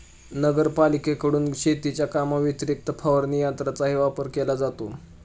नगरपालिकेकडून शेतीच्या कामाव्यतिरिक्त फवारणी यंत्राचाही वापर केला जातो